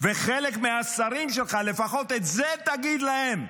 וחלק מהשרים שלך, לפחות את זה תגיד להם,